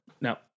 Now